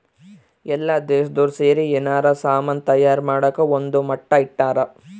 ಎಲ್ಲ ದೇಶ್ದೊರ್ ಸೇರಿ ಯೆನಾರ ಸಾಮನ್ ತಯಾರ್ ಮಾಡಕ ಒಂದ್ ಮಟ್ಟ ಇಟ್ಟರ